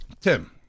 Tim